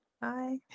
Bye